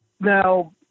Now